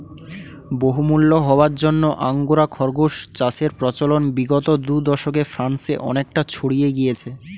বহুমূল্য হওয়ার জন্য আঙ্গোরা খরগোশ চাষের প্রচলন বিগত দু দশকে ফ্রান্সে অনেকটা ছড়িয়ে গিয়েছে